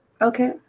Okay